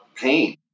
pain